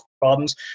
problems